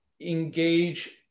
engage